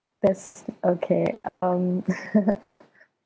that's okay um